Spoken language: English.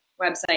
website